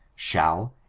shall,